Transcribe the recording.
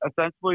essentially